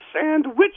Sandwich